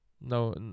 no